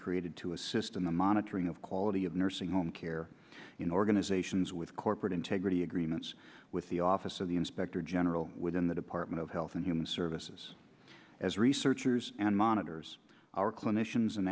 created to assist in the monitoring of quality of nursing home care in organizations with corporate integrity agreements with the office of the inspector general within the department of health and human services as researchers and monitors are clinicians and